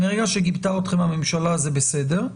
מרגע שגילתה אתכם הממשלה זה בסדר.